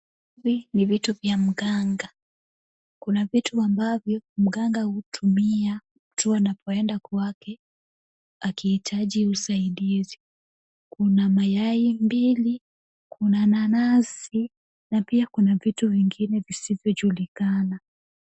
Hii ni vitu ya mganga. Kuna vitu ambavyo mganga hutumia mtu anapoenda kwake akihitaji usaidizi. Kuna mayai mbili, kuna nanasi na pia kuna vitu vingine visivyojulikana.